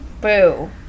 Boo